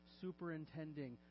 superintending